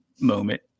moment